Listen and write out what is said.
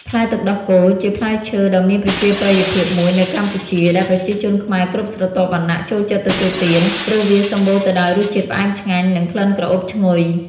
ផ្លែទឹកដោះជាផ្លែឈើដ៏មានប្រជាប្រិយភាពមួយនៅកម្ពុជា ដែលប្រជាជនខ្មែរគ្រប់ស្រទាប់វណ្ណៈចូលចិត្តទទួលទាន ព្រោះវាសម្បូរទៅដោយរសជាតិផ្អែមឆ្ងាញ់ និងក្លិនក្រអូបឈ្ងុយ។